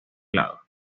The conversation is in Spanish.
helado